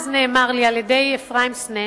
אז נאמר לי על-ידי אפרים סנה,